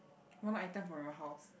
one item from your house